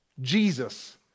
Jesus